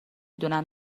دونم